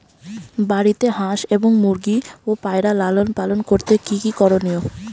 বাড়িতে হাঁস এবং মুরগি ও পায়রা লালন পালন করতে কী কী করণীয়?